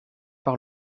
par